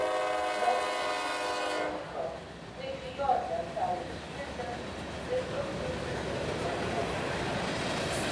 mokiniai mirtinai nutilo kaip fjordas saulei šviečiant ir klausėsi ištempę ausis